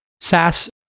SaaS